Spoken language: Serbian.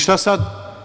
Šta sad?